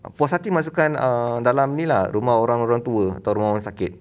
puas hati masukkan err dalam ni lah rumah orang-orang tua atau rumah orang sakit